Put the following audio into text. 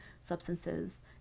substances